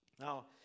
Now